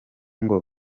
ngo